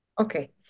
okay